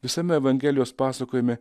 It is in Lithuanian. visame evangelijos pasakojime